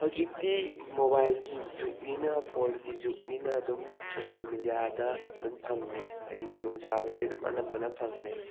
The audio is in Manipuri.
ꯍꯧꯖꯤꯛꯇꯤ ꯃꯣꯕꯥꯏꯜꯒꯤ ꯖꯨꯛꯅꯤꯅ ꯐꯣꯟꯒꯤ ꯖꯨꯛꯅꯤꯅ ꯑꯗꯨꯝ ꯁꯣꯁꯦꯜ ꯃꯦꯗꯤꯌꯥꯗ ꯑꯗꯨꯝ ꯐꯪꯉꯦ ꯍꯥꯏꯗꯤ ꯈꯨꯗꯣꯡꯆꯥꯕꯁꯤ ꯑꯗꯨꯝ ꯑꯅꯝꯕꯅ ꯐꯪꯉꯦ